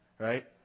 right